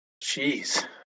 Jeez